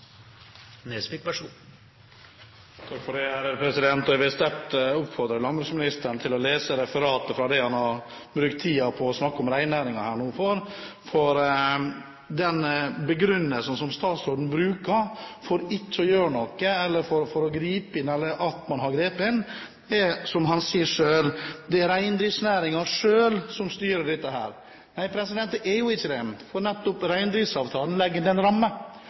det han har brukt tid på å snakke om her nå, om reindriftsnæringen, for den begrunnelsen som statsråden bruker for ikke å gjøre noe eller for ikke å gripe inn, eller for at man ikke har grepet inn, er, som han sier selv, at det er reindriftsnæringen selv som styrer dette. Nei, det er ikke det. For nettopp reindriftsavtalen legger den rammen,